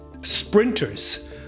sprinters